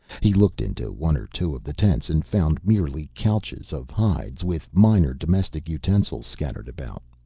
he looked into one or two of the tents and found merely couches of hides, with minor domestic utensils scattered about.